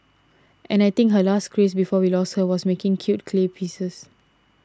and I think her last craze before we lost her was making cute clay pieces